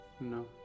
No